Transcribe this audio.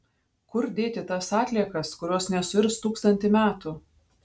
kur dėti tas atliekas kurios nesuirs tūkstantį metų